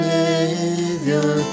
Savior